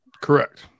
Correct